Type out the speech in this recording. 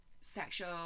sexual